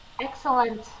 excellent